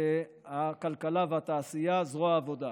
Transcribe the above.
הכלכלה והתעשייה, זרוע העבודה.